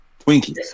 Twinkies